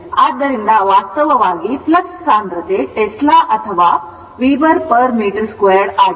ಆದ್ದರಿಂದ ವಾಸ್ತವವಾಗಿ ಫ್ಲಕ್ಸ್ ಸಾಂದ್ರತೆ ಟೆಸ್ಲಾ ಅಥವಾ weberm2 ಆಗಿದೆ